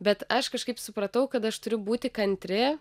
bet aš kažkaip supratau kad aš turiu būti kantri